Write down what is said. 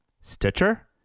Stitcher